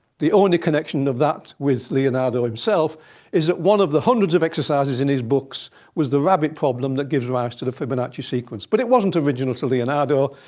the only connection of that with leonardo himself is that one of the hundreds of exercises in his books was the rabbit problem that gives rise to the fibonacci sequence. but it wasn't original to leonardo.